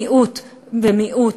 מיעוט במיעוט,